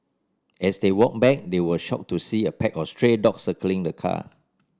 as they walked back they were shocked to see a pack of stray dogs circling the car